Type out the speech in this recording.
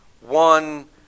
One